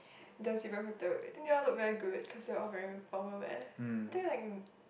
the then they all look very good cause they all wearing formal wear I think like um